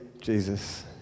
Jesus